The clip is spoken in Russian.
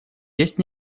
есть